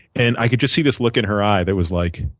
and i could just see this look in her eye that was like,